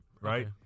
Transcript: right